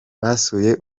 basuye